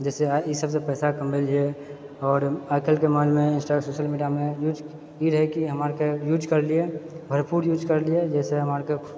जहिसँ आइ इसबसँ पैसा कमेलिऐ आओर आइकाल्हिके माहौलमे इन्स्टाग्राम सोशल मीडिया यूज ई रहैकि हमरा आरके यूज करलिए भरपूर यूज करलिए जाहिसँ हमरा आरके